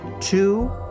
two